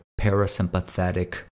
parasympathetic